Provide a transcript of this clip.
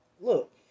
look